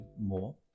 more